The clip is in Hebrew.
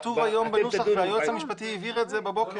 זה כתוב היום בנוסח והיועץ המשפטי הבהיר את זה בבוקר.